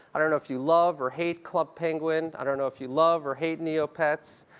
i don't know if you love or hate club penguin. i don't know if you love or hate neopets.